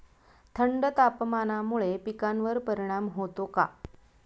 थंड तापमानामुळे पिकांवर परिणाम होतो का?